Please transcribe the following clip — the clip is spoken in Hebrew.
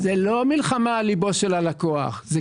זאת לא מלחמה על ליבו שלה לקוח אלא זו